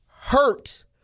hurt